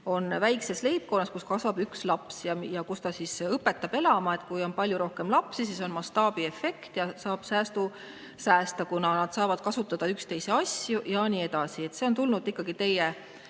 on väikses leibkonnas, kus kasvab üks laps, ja kus ta õpetab elama, et kui on rohkem lapsi, siis on mastaabiefekt ja saab säästa, kuna nad saavad kasutada üksteise asju ja nii edasi. See on tulnud ikkagi teie